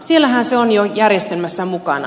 siellähän se on jo järjestelmässä mukana